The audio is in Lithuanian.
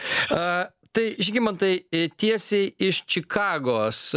tai žygimantai tiesiai iš čikagos